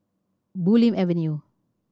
Bulim Avenue